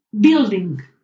building